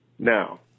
Now